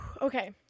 Okay